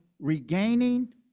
regaining